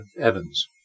Evans